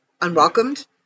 unwelcomed